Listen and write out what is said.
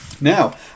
now